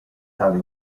tale